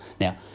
Now